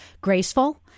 graceful